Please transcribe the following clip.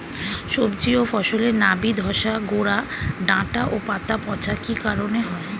সবজি ও ফসলে নাবি ধসা গোরা ডাঁটা ও পাতা পচা কি কারণে হয়?